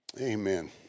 Amen